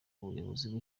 buyobozi